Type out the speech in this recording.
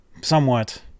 somewhat